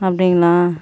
அப்படிங்களா